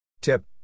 Tip